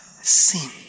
sin